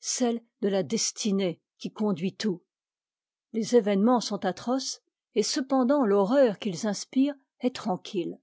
celle de la destinée qui conduit tout les événements sont atroces et cependant l'horreur qu'ils inspirent est tranquille